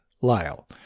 Lyle